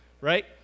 right